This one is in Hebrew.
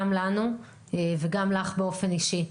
גם לנו וגם לך באופן אישי.